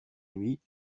nuits